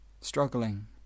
struggling